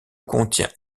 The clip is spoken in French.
contient